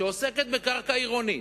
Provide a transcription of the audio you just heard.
שעוסקת בקרקע עירונית,